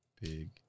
Big